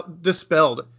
dispelled